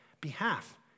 behalf